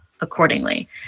accordingly